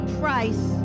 price